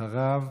אחריו,